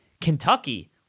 Kentucky